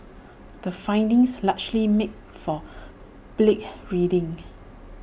the findings largely make for bleak reading